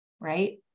right